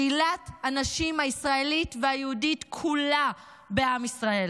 קהילת הנשים הישראלית והיהודית כולה בעם ישראל.